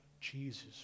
Jesus